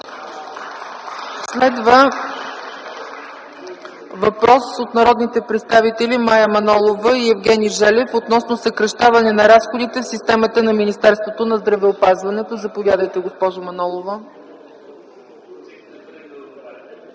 Следва въпрос от народните представители Мая Манолова и Евгений Желев относно съкращаване на разходите в системата на Министерството на здравеопазването. Заповядайте, госпожо Манолова.